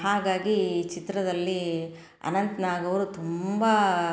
ಹಾಗಾಗಿ ಈ ಚಿತ್ರದಲ್ಲಿ ಅನಂತ್ ನಾಗ್ ಅವರು ತುಂಬ